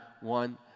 one